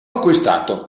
acquistato